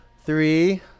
Three